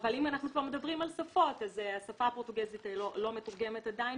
אבל אם אנחנו כבר מדברים על שפות אז השפה הפורטוגזית לא מתורגמת עדיין,